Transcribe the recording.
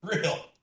real